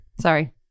sorry